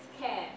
care